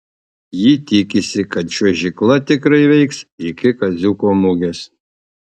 ji tikisi kad čiuožykla tikrai veiks iki kaziuko mugės